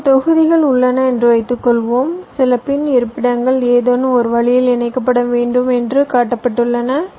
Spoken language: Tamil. இங்கே தொகுதிகள் உள்ளன என்று வைத்துக்கொள்வோம் சில பின் இருப்பிடங்கள் ஏதேனும் ஒரு வழியில் இணைக்கப்பட வேண்டும் என்று காட்டப்பட்டுள்ளன